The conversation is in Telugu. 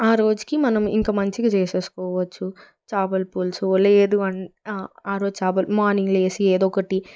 ఆ రోజుకి మనం ఇంక మంచిగా చేసేసుకోవచ్చు చేపల పులుసు లేదు ఆరోజు చేపల పులుసు మార్నింగ్ లేచి ఏదో ఒకటి